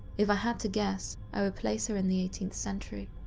if i had to guess, i would place her in the eighteenth century.